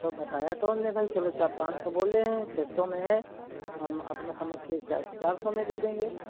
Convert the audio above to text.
तो बताया तो हमने भई चलो चार पाँच सौ बोलें हैं छः सौ में है हम अपना समझ के चार सौ में दे देंगे